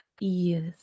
Yes